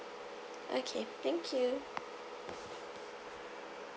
okay thank you